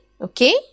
okay